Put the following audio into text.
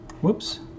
whoops